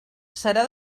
serà